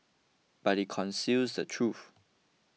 but it conceals the truth